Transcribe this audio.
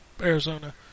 Arizona